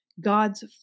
God's